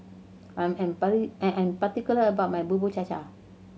I'm I am particular about my Bubur Cha Cha